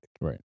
Right